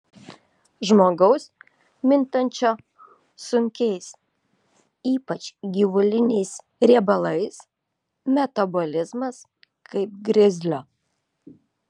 žmogaus mintančio sunkiais ypač gyvuliniais riebalais metabolizmas kaip grizlio